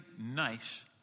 nice